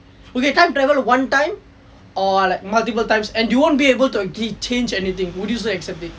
okay time travel one time or like multiple times and you won't be able to change anything would you accept it